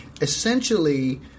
Essentially